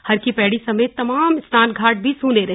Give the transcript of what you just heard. हरकी पैड़ी समेत तमाम स्नान घाट भी सूने रहे